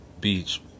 beach